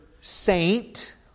saint